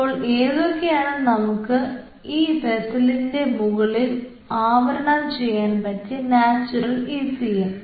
അപ്പോൾ ഏതൊക്കെയാണ് നമുക്ക് ഈ വെസ്സലിന്റെ മുകളിൽ ആവരണം ചെയ്യാൻ പറ്റിയ നാച്ചുറൽ ഇസിഎം